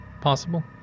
possible